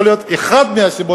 יכול להיות אחת מהסיבות,